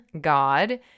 God